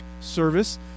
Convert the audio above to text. service